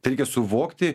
tereikia suvokti